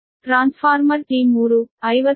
ಟ್ರಾನ್ಸ್ಫಾರ್ಮರ್T 3 50MVA 13